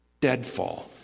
deadfall